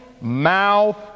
mouth